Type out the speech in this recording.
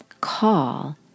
call